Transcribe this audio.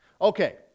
Okay